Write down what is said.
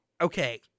okay